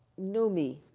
no me.